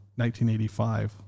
1985